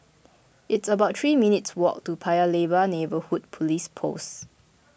it's about three minutes' walk to Paya Lebar Neighbourhood Police Post